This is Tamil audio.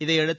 இதையடுத்து